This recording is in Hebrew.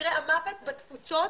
מקרי המוות בתפוצות,